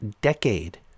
decade